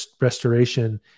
restoration